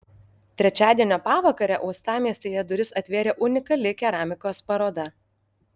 trečiadienio pavakarę uostamiestyje duris atvėrė unikali keramikos paroda